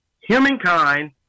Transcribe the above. humankind